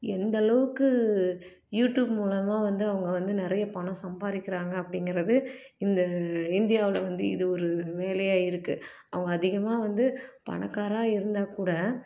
எந்த அளவுக்கு யூட்யூப் மூலமாக வந்து அவங்க வந்து நிறைய பணம் சம்பாதிக்கிறாங்க அப்படிங்கிறது இந்த இந்தியாவில் வந்து இது ஒரு வேலையாக இருக்கு அவங்க அதிகமாக வந்து பணக்காரா இருந்தாக்கூட